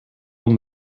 van